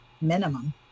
minimum